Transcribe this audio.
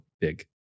big